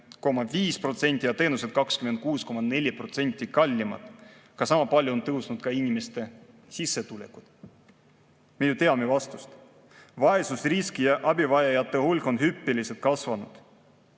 ja teenused 26,4% kallimad. Sama palju on tõusnud ka inimeste sissetulekud. Me ju teame vastust. Vaesusrisk ja abivajajate hulk on hüppeliselt kasvanud.